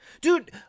Dude